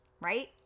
right